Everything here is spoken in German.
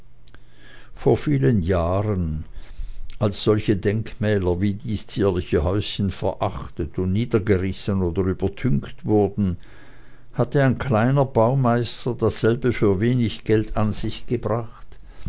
vor vielen jahren als solche denkmäler wie dies zierliche häuschen verachtet und niedergerissen oder übertüncht wurden hatte ein kleiner baumeister dasselbe für wenig geld an sich gebracht